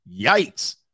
Yikes